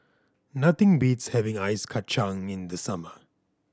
nothing beats having Ice Kachang in the summer